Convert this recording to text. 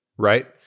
right